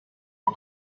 for